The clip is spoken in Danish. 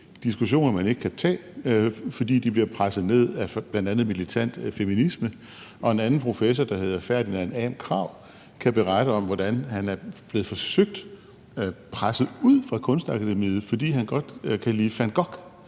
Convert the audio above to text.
diskussioner, man ikke kan tage, fordi de bliver presset ned af bl.a. militant feminisme. Og en anden professor, der hedder Ferdinand Ahm Krag, kan berette om, hvordan han er blevet forsøgt presset ud fra Kunstakademiet, fordi han godt kan lide Van Gogh